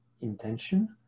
intention